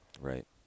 Right